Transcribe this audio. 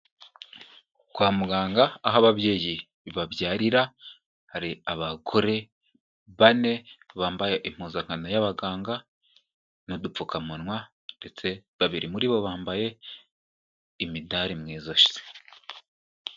Kwa muganga, aho ababyeyi babyarira, hari abagore bane bambaye impuzankano y'abaganga n'udupfukamunwa ndetse babiri muri bo bambaye, imidari mu ijosi.